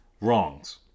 wrongs